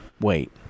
wait